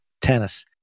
tennis